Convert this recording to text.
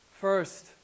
First